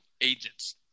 agents